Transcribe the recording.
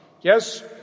Yes